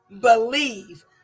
Believe